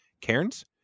Cairns